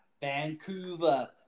Vancouver